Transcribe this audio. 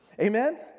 Amen